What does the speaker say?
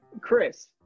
Chris